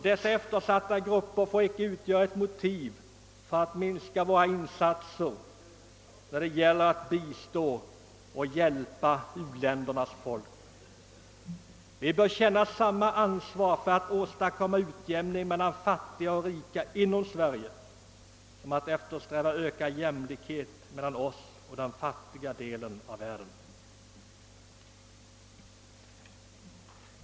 Dessa får icke utgöra ett motiv för att minska våra insatser när det gäller att bistå och hjälpa u-ländernas folk. Vi bör känna samma ansvar för att åstadkomma utjämning mellan fattiga och rika inom Sverige som för att eftersträva ökad jämlikhet mellan oss och den fattiga delen av världen.